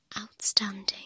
Outstanding